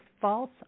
false